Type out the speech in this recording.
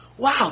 Wow